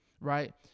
right